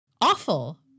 awful